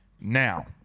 Now